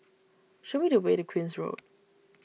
show me the way to Queen's Road